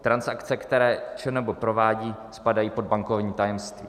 Transakce, které ČNB provádí, spadají pod bankovní tajemství.